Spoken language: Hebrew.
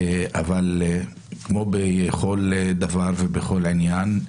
כמו בכל דבר ובכל עניין,